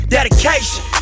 Dedication